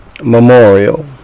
memorial